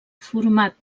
format